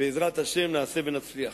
בעזרת השם נעשה ונצליח.